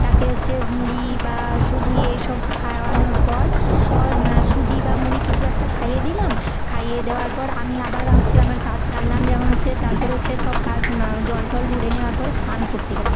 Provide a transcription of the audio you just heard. তাকে হচ্ছে মুড়ি বা সুজি এই সব খাওয়ানোর পর অর সুজি বা মুড়ি কিছু একটা খাইয়ে দিলাম খাইয়ে দেওয়ার পর আমি আবার হচ্ছে আমার কাজ সারলাম যেমন হচ্ছে তার পরে হচ্ছে সব কাজ জল টল ভরে নেওয়ার পরে স্নান করতে গেলাম